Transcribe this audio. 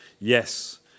Yes